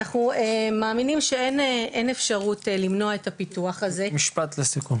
אנחנו מאמינים שאין אפשרות למנוע את הפיתוח הזה --- משפט לסיכום.